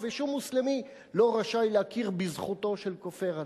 ושום מוסלמי לא רשאי להכיר בזכותו של כופר עליה.